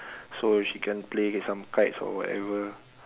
so she can play some kites or whatever